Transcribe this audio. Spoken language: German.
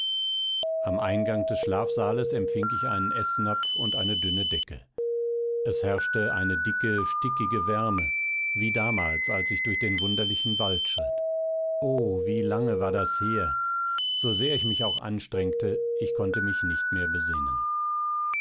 am eingang des schlafsaales empfing ich einen eßnapf und eine dünne decke es herrschte eine dicke stickige wärme wie damals als ich durch den wunderlichen wald schritt o wie lange war das her so sehr ich mich auch anstrengte ich konnte mich nicht mehr besinnen